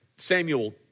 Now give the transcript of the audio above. Samuel